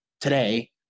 today